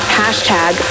hashtag